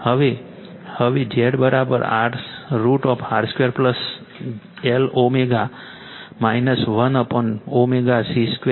હવે Z√R 2 Lω 1ω C 2 જે XL XC2 છે